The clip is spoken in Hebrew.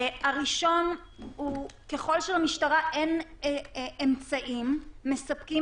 הראשון הוא שככל שלמשטרה אין אמצעים מספקים